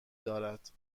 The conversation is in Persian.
دارد